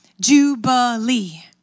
Jubilee